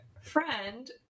friend